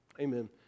Amen